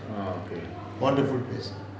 wonderful place